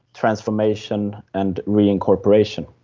transformation and reincorporation.